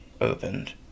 opened